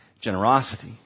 generosity